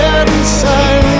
inside